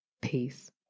peace